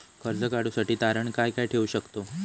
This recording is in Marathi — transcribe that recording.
कर्ज काढूसाठी तारण काय काय ठेवू शकतव?